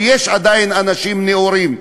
שיש בה עדיין אנשים נאורים שהתנגדו,